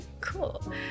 cool